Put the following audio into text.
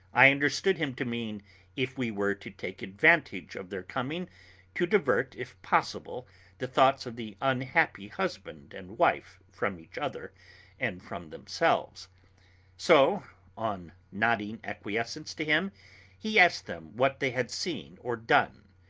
i understood him to mean if we were to take advantage of their coming to divert if possible the thoughts of the unhappy husband and wife from each other and from themselves so on nodding acquiescence to him he asked them what they had seen or done.